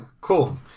Cool